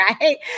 right